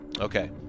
Okay